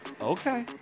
Okay